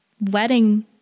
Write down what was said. wedding